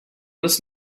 was